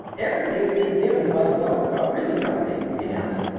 everything is being given by the bundercombe reaping company, he announced,